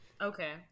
Okay